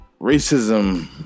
racism